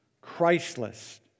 Christless